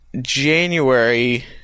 January